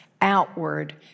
outward